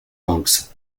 hawks